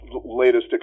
latest